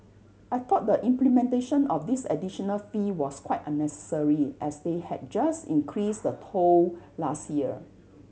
I thought the implementation of this additional fee was quite unnecessary as they had just increased the toll last year